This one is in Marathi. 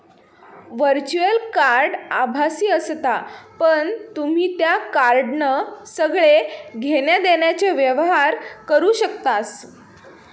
वर्च्युअल कार्ड आभासी असता पण तुम्ही त्या कार्डान सगळे घेण्या देण्याचे व्यवहार करू शकतास